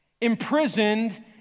imprisoned